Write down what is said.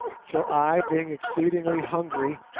till i, being exceedingly hungry,